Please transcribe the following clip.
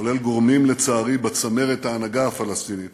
כולל גורמים, לצערי, בצמרת ההנהגה הפלסטינית